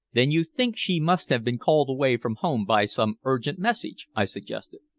then you think she must have been called away from home by some urgent message? i suggested.